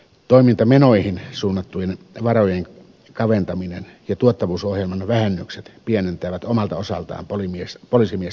toimintamenoihin suunnattujen varojen kaventaminen ja tuottavuusohjelman vähennykset pienentävät omalta osaltaan poliisimiesten määrää